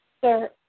Sir